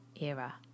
era